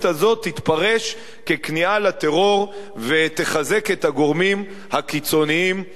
הזאת תתפרש ככניעה לטרור ותחזק את הגורמים הקיצוניים ברשות.